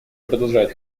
продолжает